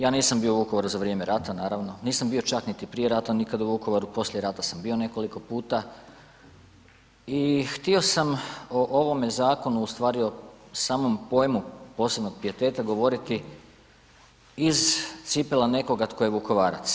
Ja nisam bio u Vukovaru za vrijeme rata naravno, nisam bio čak niti prije rata nikad u Vukovaru, poslije rata sam bio nekoliko puta i htio sam o ovome zakonu ustvari o samom pojmu posebnog pijeteta govoriti iz cipela nekoga tko je Vukovarac.